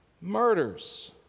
murders